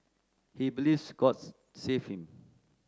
he believes God saved him